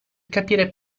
capire